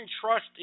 trust